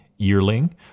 yearling